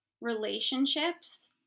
relationships